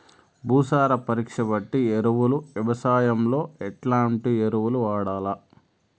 భూసార పరీక్ష బట్టి ఎరువులు వ్యవసాయంలో ఎట్లాంటి ఎరువులు వాడల్ల?